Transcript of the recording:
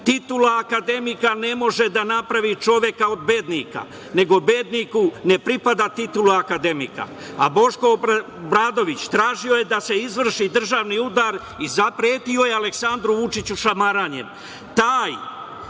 titula akademika ne može da napravi čoveka od bednika, nego bedniku ne pripada titula akademika. A Boško Obradović tražio je da se izvrši državni udar i zapretio je Aleksandru Vučiću šamaranjem.